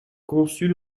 conçut